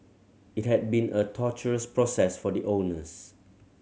it had been a torturous process for the owners